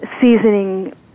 seasoning